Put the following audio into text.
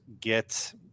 get –